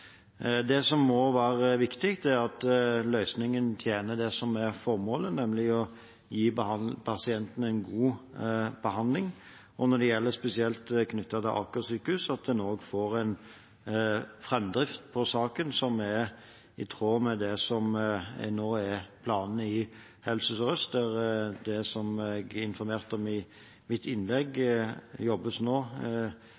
Det som må være viktig, er at løsningen tjener formålet – nemlig å gi pasientene en god behandling. Og når det gjelder spesielt Aker sykehus, at en også får en framdrift i saken som er i tråd med planen i Helse Sør-Øst. Som jeg informerte om i mitt innlegg, jobbes det nå godt for en hurtig framdrift i